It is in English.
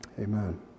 Amen